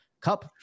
Cup